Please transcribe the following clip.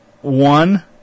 one